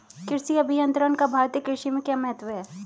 कृषि अभियंत्रण का भारतीय कृषि में क्या महत्व है?